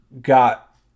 got